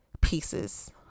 pieces